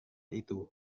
itu